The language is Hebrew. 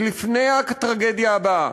היא לפני הטרגדיה הבאה,